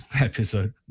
episode